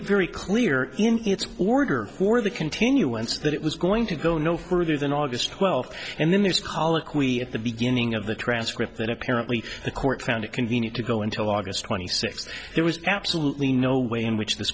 it very clear in its order for the continuance that it was going to go no further than august twelfth and then there's colloquy at the beginning of the transcript that apparently the court found it convenient to go until august twenty sixth there was absolutely no way in which th